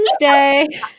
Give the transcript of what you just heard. Wednesday